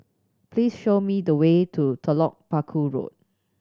please show me the way to Telok Paku Road